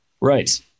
Right